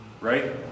right